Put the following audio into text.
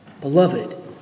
Beloved